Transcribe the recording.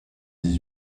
dix